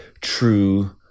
true